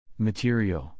Material